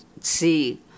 see